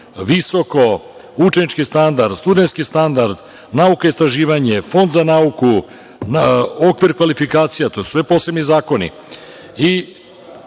visoko, učenički standard, studentski standard, nauka i istraživanje, Fond za nauku, okvir kvalifikacija, to su sve posebni zakoni,